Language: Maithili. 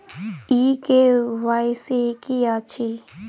ई के.वाई.सी की अछि?